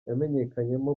yamenyekanyemo